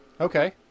Okay